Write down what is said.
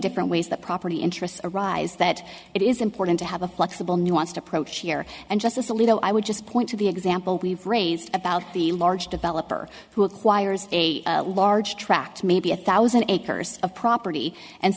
different ways that property interests arise that it is important to have a flexible nuanced approach here and justice alito i would just point to the example we've raised about the large developer who acquires a large tract maybe a thousand acres of property and